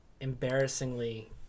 embarrassingly